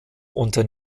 unter